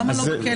למה לא בכלא?